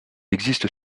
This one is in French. existe